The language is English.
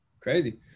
crazy